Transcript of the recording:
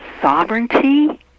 sovereignty